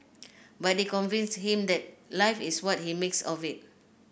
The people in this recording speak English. but they convinced him that life is what he makes of it